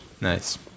Nice